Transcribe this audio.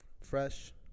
Fresh